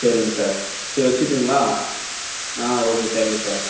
சரிங்க சார் செரி வச்சிட்டுங்களா ஆ ஓகே தேங்க்யூ சார்